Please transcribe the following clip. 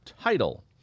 title